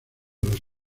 los